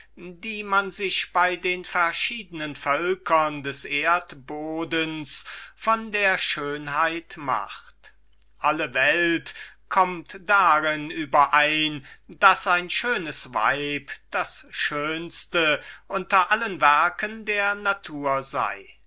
die man sich bei den verschiedenen völkern des erdbodens von der schönheit macht alle welt kommt darin überein daß ein schönes weib das schönste unter allen werken der natur sei